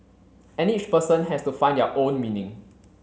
and each person has to find their own meaning